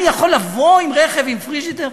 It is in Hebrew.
אני יכול לבוא עם רכב עם פריג'ידר?